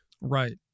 Right